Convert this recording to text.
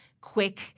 quick